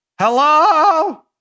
Hello